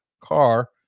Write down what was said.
car